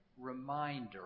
reminder